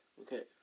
Okay